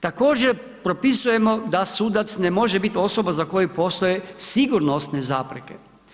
Također, propisujemo da sudac ne može biti osoba za koju postoje sigurnosne zapreke.